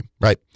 right